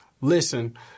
listen